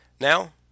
Now